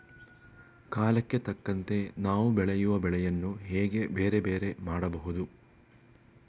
ಕಾಲಕ್ಕೆ ತಕ್ಕಂತೆ ನಾವು ಬೆಳೆಯುವ ಬೆಳೆಗಳನ್ನು ಹೇಗೆ ಬೇರೆ ಬೇರೆ ಮಾಡಬಹುದು?